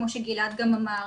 כמו שגלעד גם אמר,